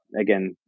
again